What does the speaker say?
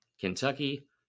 Kentucky